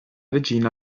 regina